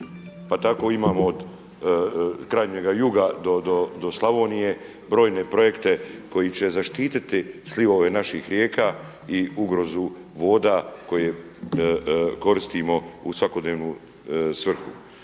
Pa tako imamo od krajnjega juga do Slavonije brojne projekte koji će zaštititi slivove naših rijeka i ugrozu voda koje koristimo u svakodnevnu svrhu.